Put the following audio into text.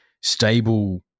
stable